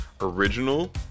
original